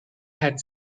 had